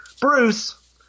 Bruce